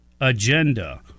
agenda